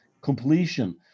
completion